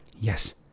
yes